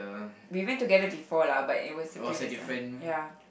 we went together before lah but it was the previous one ya